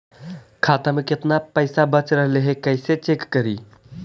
खाता में केतना पैसा बच रहले हे कैसे चेक करी?